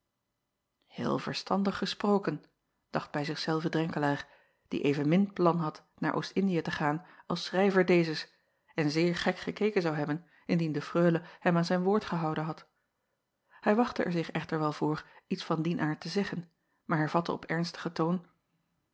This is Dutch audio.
eel verstandig gesproken dacht bij zich zelven renkelaer die evenmin plan had naar ost ndiën te gaan als schrijver dezes en zeer gek gekeken zou hebben indien de reule hem aan zijn woord gehouden had ij wachtte er zich echter wel voor iets van dien aard te zeggen maar hervatte op ernstigen toon